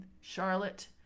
Charlotte